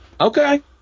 Okay